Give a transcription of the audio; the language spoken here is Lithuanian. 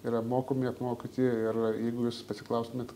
yra mokomi apmokyti ir jeigu jūs pasiklaustumėt